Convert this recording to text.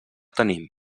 tenim